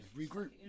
regroup